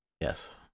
Yes